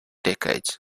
decades